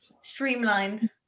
Streamlined